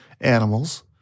animals